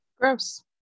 Gross